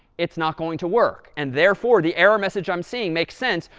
it's not going to work, and therefore the error message i'm seeing makes sense.